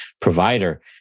provider